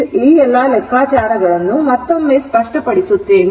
ಆದ್ದರಿಂದ ಈ ಎಲ್ಲಾ ಲೆಕ್ಕಾಚಾರಗಳನ್ನು ಮತ್ತೊಮ್ಮೆ ಸ್ಪಷ್ಟಪಡಿಸುತ್ತೇನೆ